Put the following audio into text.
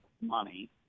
money